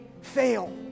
fail